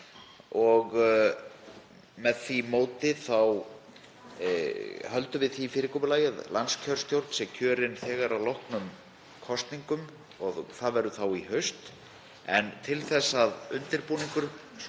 Með því móti höldum við því fyrirkomulagi að landskjörstjórn sé kjörin þegar að loknum kosningum, og það verður þá í haust. En til þess að tæknilegur